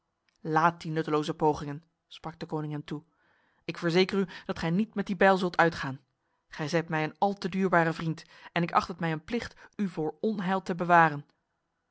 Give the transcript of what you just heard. laat die nutteloze pogingen sprak deconinck hem toe ik verzeker u dat gij niet met die bijl zult uitgaan gij zijt mij een al te duurbare vriend en ik acht het mij een plicht u voor onheil te bewaren